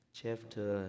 chapter